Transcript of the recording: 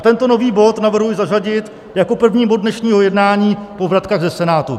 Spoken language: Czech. Tento nový bod navrhuji zařadit jako první bod dnešního jednání po vratkách ze Senátu.